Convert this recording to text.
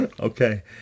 Okay